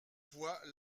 voix